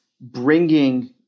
bringing